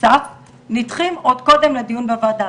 סף והם נדחים עוד קודם לדיון בוועדה,